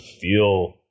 feel